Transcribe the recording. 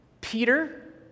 peter